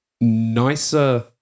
nicer